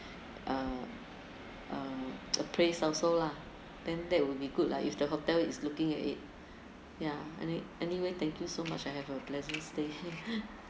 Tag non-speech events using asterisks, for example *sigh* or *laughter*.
uh uh appraise also lah then that would be good lah if the hotel is looking at it yeah any anyway thank you so much I have a pleasant stay *laughs*